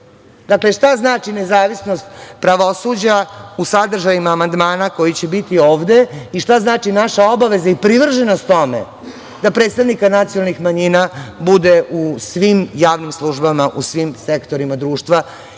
Šta znači nezavisnost pravosuđa u sadržajima amandmana koji će biti ovde i šta znači naša obaveza i privrženost tome da predstavnika nacionalnih manjina bude u svim javnim službama u svim sektorima društva,